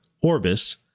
Orbis